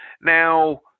Now